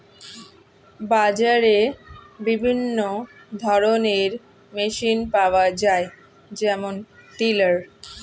বাজারে বিভিন্ন ধরনের মেশিন পাওয়া যায় যেমন টিলার